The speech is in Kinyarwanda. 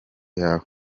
yawe